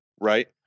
right